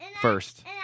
first